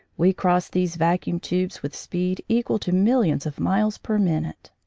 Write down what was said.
we cross these vacuum tubes with speeds equal to millions of miles per minute.